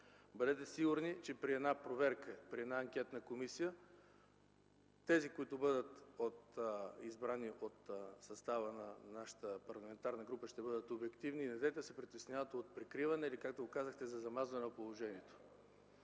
Бъдете сигурни, че при проверка, при анкетна комисия тези, които бъдат избрани от нашата парламентарна група, ще бъдат обективни. Недейте да се притеснявате от прикриване или както казахте – от замазване на положението.